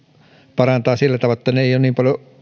parantaa sillä tavoin että ei ole niin paljon